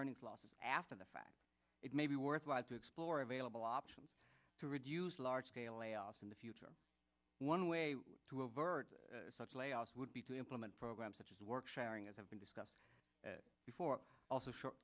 earnings loss after the fact it may be worthwhile to explore available options to reduce large scale layoffs in the future one way to avert such layoffs would be to implement programs such as work sharing as have been discussed before also short